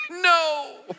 no